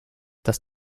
das